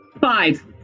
Five